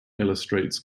illustrates